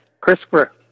Christopher